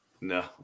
no